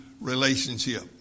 relationship